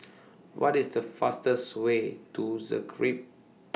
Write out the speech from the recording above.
What IS The fastest Way to Zagreb